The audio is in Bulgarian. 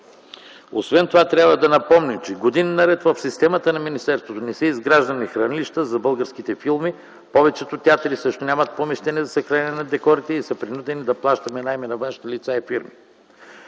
Освен това трябва да напомня, че години наред в системата на министерството не са изграждани хранилища за българските филми. Повечето театри също нямат помещения за съхранение на декорите и сме принудени да плащаме наеми на външни лица и фирми.